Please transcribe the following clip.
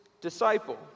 disciple